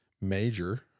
major